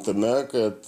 tame kad